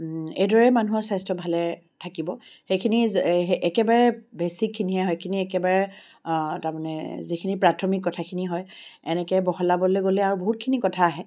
এইদৰে মানুহৰ স্বাস্থ্য ভালে থাকিব সেইখিনি যে সেই একেবাৰে বেচিকখিনি হে হয় এইখিনি একেবাৰে তাৰমানে যিখিনি প্ৰাথমিক কথাখিনি হয় এনেকৈ বহলাবলৈ গ'লে আৰু বহুতখিনি কথা আহে